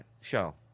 show